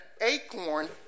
acorn